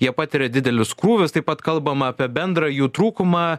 jie patiria didelius krūvius taip pat kalbama apie bendrą jų trūkumą